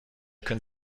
können